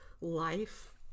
life